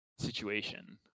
Situation